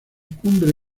cumbre